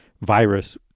virus